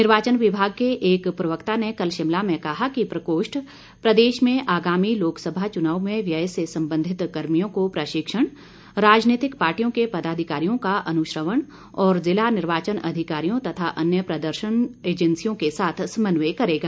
निर्वाचन विभाग के एक प्रवक्ता ने कल शिमला में कहा कि प्रकोष्ठ प्रदेश में आगामी लोकसभा चुनाव में व्यय से संबंधित कर्मियों को प्रशिक्षण राजनीतिक पार्टियों के पदाधिकारियों का अनुश्रवण और ज़िला निर्वाचन अधिकारियों तथा अन्य प्रदर्शन एंजैसियों के साथ समन्वय करेगा